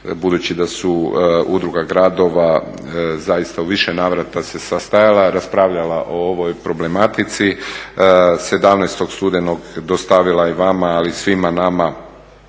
budući da su Udruga gradova zaista u više navrata se stajala, raspravljala o ovoj problematici 17.studenog dostavila je vama ali i svima nama